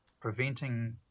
preventing